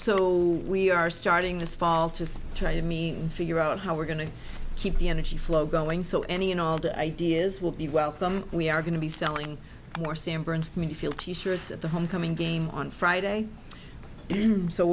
so we are starting this fall to try to me figure out how we're going to keep the energy flow going so any and all the ideas will be welcome we are going to be selling more sand burns me to feel t shirts at the homecoming game on friday so